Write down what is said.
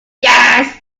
yes